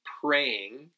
praying